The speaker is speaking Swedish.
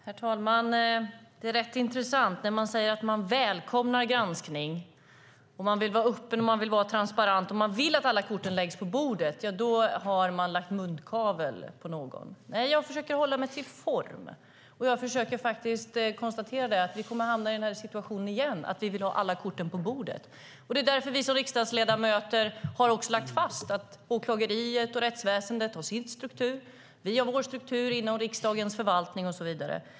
Herr talman! Det är rätt intressant att när man säger att man välkomnar granskning och vill vara öppen och transparent och att alla korten läggs på bordet har man lagt munkavle på någon. Nej, jag försöker hålla mig till formen. Och jag konstaterar att vi kommer att hamna i den här situationen igen, att vi vill ha alla korten på bordet. Det är därför vi som riksdagsledamöter har lagt fast att åklageriet och rättsväsendet har sin struktur, att vi har vår struktur inom riksdagens förvaltning och så vidare.